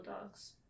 dogs